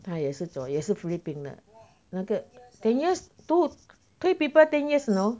他也是走也是菲律宾的那个 ten years two three people ten years you know